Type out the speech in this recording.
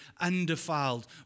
undefiled